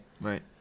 Right